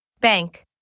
Bank